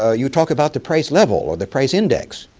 ah you talk about the price level or the price index.